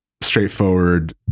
straightforward